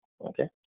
Okay